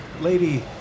lady